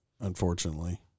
unfortunately